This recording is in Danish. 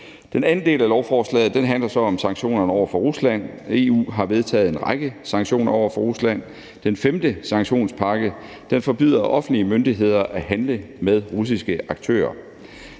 Den anden del af lovforslaget handler om sanktionerne over for Rusland. EU har vedtaget en række sanktioner over for Rusland. Den femte sanktionspakke forbyder offentlige myndigheder at handle med russiske aktører.